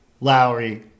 Lowry